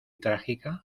trágica